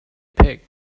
pic